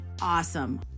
awesome